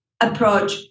approach